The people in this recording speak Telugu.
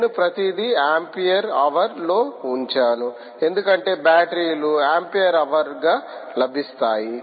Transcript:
నేను ప్రతిదీ ఆంపియర్ హవర్ లో ఉంచాను ఎందుకంటే బ్యాటరీ లు ఆంపియర్ హవర్ గా లభిస్తాయి